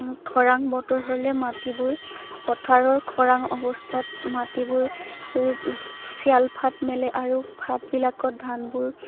খৰাং বতৰ হ'লে মাটিবোৰ পথাৰৰ খৰাং অৱস্থাত মাটিবোৰ চিৰাল ফাঁট মেলে আৰু ফাঁটবিলাকত ধানবোৰ